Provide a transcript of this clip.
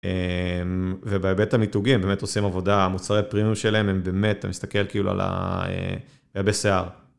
ובהיבט המיתוגי הם באמת עושים עבודה, המוצרי הפרימיום שלהם הם באמת, אתה מסתכל כאילו על מייבש שיער.